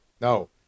No